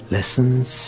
Lessons